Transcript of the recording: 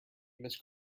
must